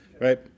Right